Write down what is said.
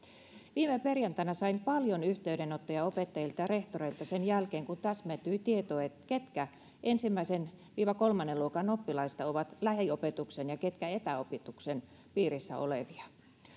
viime perjantaina sain paljon yhteydenottoja opettajilta ja rehtoreilta sen jälkeen kun täsmentyi tieto ketkä ensimmäisen viiva kolmannen luokan oppilaista ovat lähiopetuksen ja ketkä etäopetuksen piirissä olevia